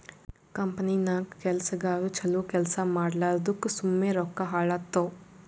ಕಂಪನಿನಾಗ್ ಕೆಲ್ಸಗಾರು ಛಲೋ ಕೆಲ್ಸಾ ಮಾಡ್ಲಾರ್ದುಕ್ ಸುಮ್ಮೆ ರೊಕ್ಕಾ ಹಾಳಾತ್ತುವ್